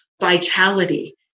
vitality